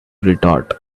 retort